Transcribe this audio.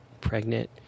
pregnant